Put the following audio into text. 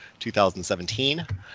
2017